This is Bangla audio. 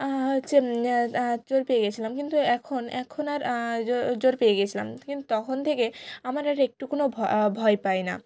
আর হচ্ছে জোর পেয়ে গিয়েছিলাম কিন্তু এখন এখন আর জোর পেয়ে গিয়েছিলাম কিন্তু তখন থেকে আমার আর একটুকুও ভয় পাই না